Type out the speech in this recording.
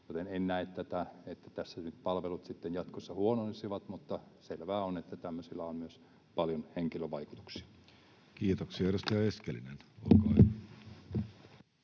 joten en näe, että tässä nyt palvelut sitten jatkossa huononisivat, mutta selvää on, että tämmöisillä on myös paljon henkilövaikutuksia. Kiitoksia. — Edustaja Eskelinen, olkaa hyvä.